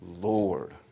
Lord